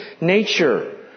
nature